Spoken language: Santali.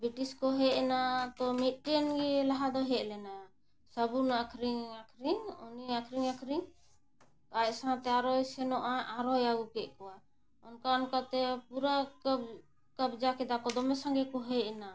ᱵᱨᱤᱴᱤᱥ ᱠᱚ ᱦᱮᱡᱮᱱᱟ ᱛᱳ ᱢᱤᱫᱴᱮᱱ ᱜᱮ ᱞᱟᱦᱟ ᱫᱚ ᱦᱮᱡ ᱞᱮᱱᱟ ᱥᱟᱵᱩᱱ ᱟᱹᱠᱷᱟᱨᱤᱧᱼᱟᱹᱠᱷᱨᱤᱧ ᱩᱱᱤ ᱟᱹᱠᱷᱨᱤᱧᱼᱟᱹᱠᱷᱨᱤᱧ ᱟᱡ ᱥᱟᱶᱛᱮ ᱟᱨᱦᱚᱸᱭ ᱥᱮᱱᱚᱜᱼᱟ ᱟᱨᱦᱚᱸᱭ ᱟᱹᱜᱩ ᱠᱮᱫ ᱠᱚᱣᱟ ᱚᱱᱠᱟ ᱚᱱᱠᱟᱛᱮ ᱯᱩᱨᱟᱹ ᱠᱟᱵᱽᱡᱟ ᱠᱮᱫᱟ ᱠᱚ ᱫᱚᱢᱮ ᱥᱟᱸᱜᱮ ᱠᱚ ᱦᱮᱡ ᱮᱱᱟ